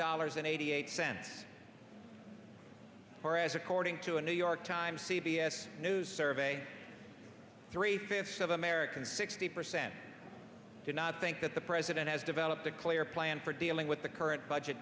dollars and eighty eight cents whereas according to a new york times c b s news survey three fifths of americans sixty percent do not think that the president has developed a clear plan for dealing with the current budget